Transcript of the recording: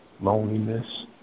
loneliness